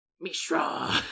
Mishra